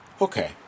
Okay